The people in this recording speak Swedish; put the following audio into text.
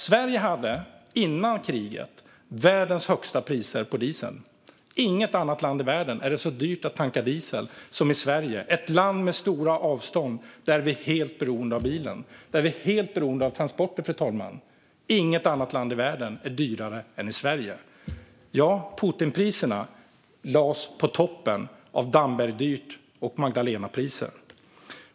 Sverige hade före kriget världens högsta priser på diesel. Inte i något annat land i världen är det så dyrt att tanka diesel som i Sverige - ett land med stora avstånd där folk är helt beroende av bilen. Vi är helt beroende av transporter, fru talman. Inte i något annat land i världen är det dyrare än i Sverige. Putinpriserna lades på toppen av Dambergdyrt och Magdalenapriser.